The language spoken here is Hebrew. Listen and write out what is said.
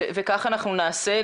כך אנחנו נעשה.